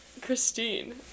Christine